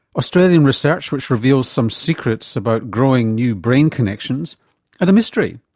australian research which reveals some secrets about growing new brain connections and a mystery.